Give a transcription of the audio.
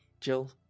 jill